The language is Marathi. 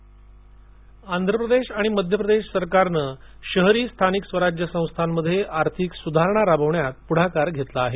आंध्र प्रदेश सधारणा आंध्र प्रदेश आणि मध्य प्रदेश सरकारनं शहरी स्थानिक स्वराज्य संस्थांमध्ये आर्थिक सुधारणा राबवण्यात पुढाकार घेतला आहे